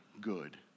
good